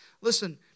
listen